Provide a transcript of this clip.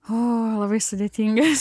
o labai sudėtingas